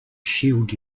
shield